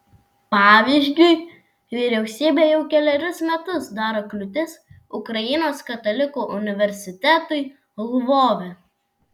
pavyzdžiui vyriausybė jau kelerius metus daro kliūtis ukrainos katalikų universitetui lvove